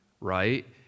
Right